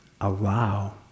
Allow